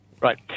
Right